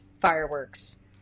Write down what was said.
fireworks